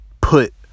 put